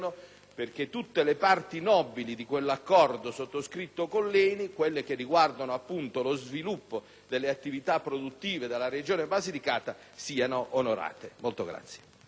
affinché tutte le parti nobili dell'accordo sottoscritto con l'ENI, quelle che riguardano appunto lo sviluppo delle attività produttive della Regione Basilicata, siano onorate.